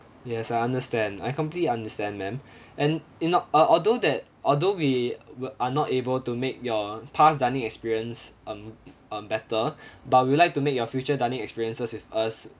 yes I understand I completely understand ma'am and it not al~ although that although we were are not able to make your past dining experience um um better but we'd like to make your future dining experiences with us